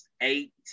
eight